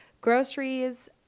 groceries